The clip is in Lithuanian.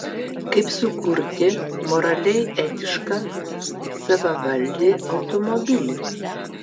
kaip sukurti moraliai etišką savavaldį automobilį